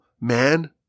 man